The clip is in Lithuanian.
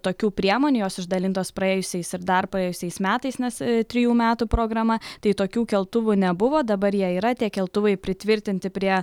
tokių priemonių jos išdalintos praėjusiais ir dar praėjusiais metais nes trijų metų programa tai tokių keltuvų nebuvo dabar jie yra tie keltuvai pritvirtinti prie